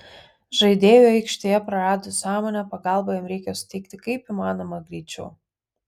žaidėjui aikštėje praradus sąmonę pagalbą jam reikia suteikti kaip įmanoma greičiau